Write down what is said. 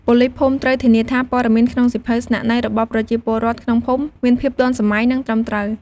ប៉ូលីសភូមិត្រូវ ធានាថាព័ត៌មានក្នុងសៀវភៅស្នាក់នៅរបស់ប្រជាពលរដ្ឋក្នុងភូមិមានភាពទាន់សម័យ និងត្រឹមត្រូវ។